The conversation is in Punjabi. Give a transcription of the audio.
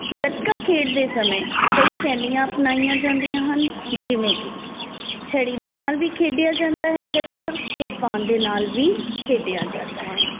ਗੱਤਕਾ ਖੇਡਦੇ ਸਮੇਂ ਕਈ ਸ਼ੈਲੀਆਂ ਅਪਣਾਈਆਂ ਜਾਂਦੀਆਂ ਹਨ ਜਿਵੇਂ ਕਿ ਛੜੀ ਦੇ ਨਾਲ ਵੀ ਖੇਡਿਆ ਜਾਂਦਾ ਹੈ ਗੱਤਕਾ ਕਿਰਪਾਨ ਦੇ ਨਾਲ ਵੀ ਖੇਡਿਆ ਜਾਂਦਾ ਹੈ